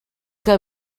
que